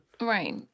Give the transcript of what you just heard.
Right